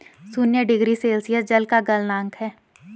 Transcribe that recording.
शून्य degree Celsius जल का गलनांक है